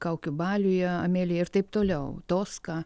kaukių baliuje amelija ir taip toliau toska